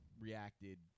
reacted